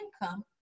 income